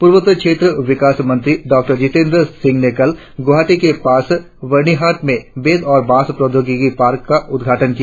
पूर्वोत्तर क्षेत्र विकास मंत्री डॉक्टर जितेंद्र सिंह ने कल गुवाहाटी के पास बर्निहाट में बेंत और बांस प्रौद्योगिकी पार्क का उद्घाटन किया